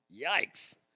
yikes